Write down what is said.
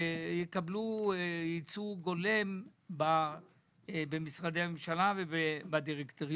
הם יקבלו ייצוג הולם במשרדי הממשלה ובדירקטוריונים.